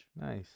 Nice